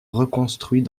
reconstruit